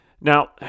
Now